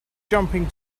jumping